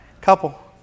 Couple